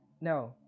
No